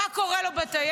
כולם --- מה קורה לו בטיילת?